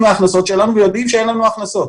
מההכנסות שלנו ויודעים שאין לנו הכנסות.